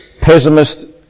pessimist